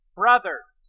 brothers